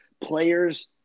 players